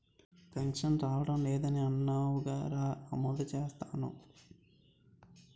pension రావడం లేదని అన్నావుగా రా నమోదు చేస్తాను